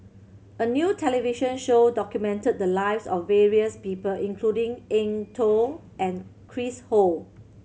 a new television show documented the lives of various people including Eng Tow and Chris Ho